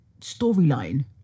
storyline